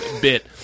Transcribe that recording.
bit